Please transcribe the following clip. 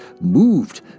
moved